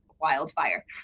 wildfire